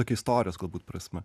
tokia istorijos galbūt prasme